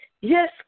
Yes